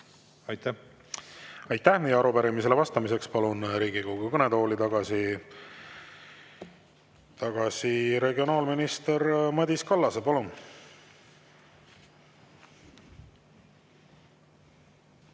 Aitäh! Aitäh! Arupärimisele vastamiseks palun Riigikogu kõnetooli tagasi regionaalminister Madis Kallase. Palun!